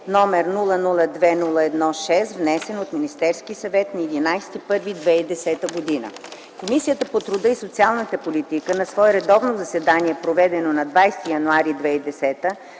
№ 002-01-6, внесен от Министерски съвет на 11 януари 2010 г. Комисията по труда и социалната политика на свое редовно заседание, проведено на 20